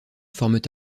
forment